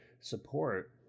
support